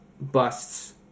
busts